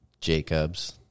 Jacobs